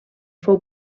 fou